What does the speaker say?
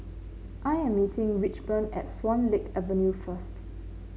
I am meeting Richmond at Swan Lake Avenue first